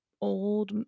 old